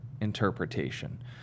interpretation